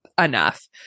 enough